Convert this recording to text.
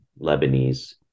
Lebanese